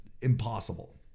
impossible